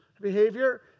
Behavior